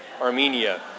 Armenia